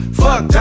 fuck